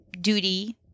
duty